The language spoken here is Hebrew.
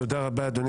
תודה רבה, אדוני